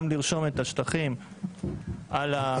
גם לרשום את השטחים על השטחים הציבוריים.